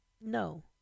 No